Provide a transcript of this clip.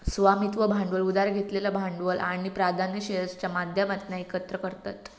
स्वामित्व भांडवल उधार घेतलेलं भांडवल आणि प्राधान्य शेअर्सच्या माध्यमातना एकत्र करतत